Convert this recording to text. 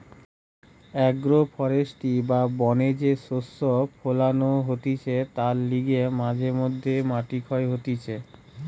agro forestry বা বনে যে শস্য ফোলানো হতিছে তার লিগে মাঝে মধ্যে মাটি ক্ষয় হতিছে